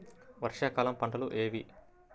వర్షాకాలం పంటలు ఏవి?